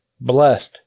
Blessed